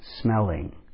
smelling